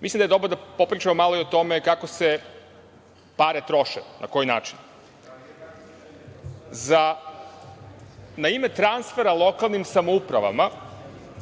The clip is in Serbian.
Mislim da je dobro da popričamo malo i o tome kako se pare troše, na koji način. Na ime transfera lokalnim samoupravama